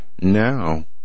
now